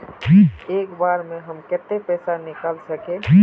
एक बार में हम केते पैसा निकल सके?